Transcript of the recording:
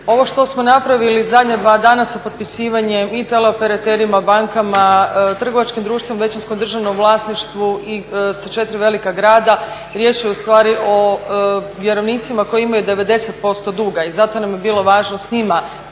Ovo što smo napravili zadnja dva dana sa potpisivanjem i teleoperaterima, bankama, trgovačkim društvima u većinskom državnom vlasništvu i sa 4 velika grada riječ je ustvari o vjerovnicima koji imaju 90% duga. I zato nam je bilo važno s njima